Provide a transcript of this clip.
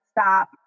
stop